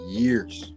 years